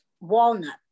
walnut